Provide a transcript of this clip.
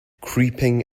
creeping